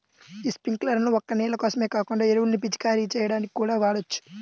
యీ స్పింకర్లను ఒక్క నీళ్ళ కోసమే కాకుండా ఎరువుల్ని పిచికారీ చెయ్యడానికి కూడా వాడొచ్చు